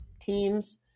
teams